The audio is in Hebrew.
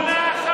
בשנה אחת.